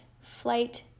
flight